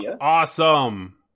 awesome